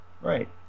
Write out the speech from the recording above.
right